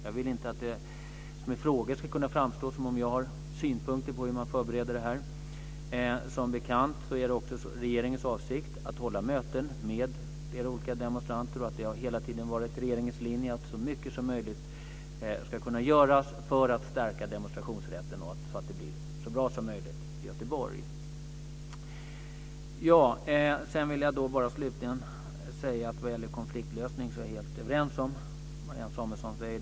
Jag vill inte att det ska kunna framstå som om jag har synpunkter på hur man förbereder det här. Som bekant är det också regeringens avsikt att hålla möten med flera olika demonstranter. Det har hela tiden varit regeringens linje att så mycket som möjligt ska göras för att stärka demonstrationsrätten så att det blir så bra som möjligt i Göteborg. Slutligen vill jag bara säga att vad gäller konfliktlösning är jag helt överens med vad Marianne Samuelsson säger.